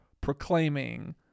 proclaiming